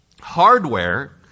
hardware